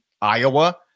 Iowa